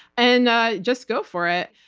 and ah just go for it.